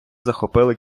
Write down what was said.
захопили